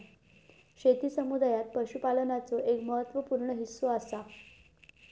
शेती समुदायात पशुपालनाचो एक महत्त्व पूर्ण हिस्सो असा